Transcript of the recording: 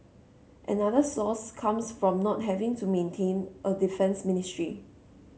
another source comes from not having to maintain a defence ministry